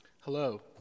Hello